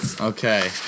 Okay